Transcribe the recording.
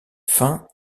fin